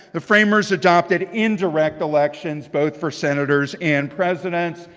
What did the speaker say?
the framers adopted indirect elections, both for senators and presidents.